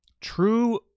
True